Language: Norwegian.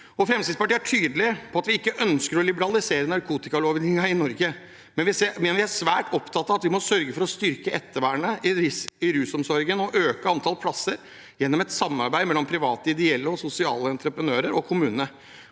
Fremskrittspartiet er tydelig på at vi ikke ønsker å liberalisere narkotikalovgivningen i Norge, men vi er svært opptatt av at vi må sørge for å styrke ettervernet i rusomsorgen og øke antallet plasser, gjennom et samarbeid mellom private, ideelle, sosiale entreprenører og kommunene